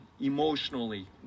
emotionally